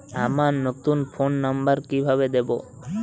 আমার নতুন phone number কিভাবে দিবো?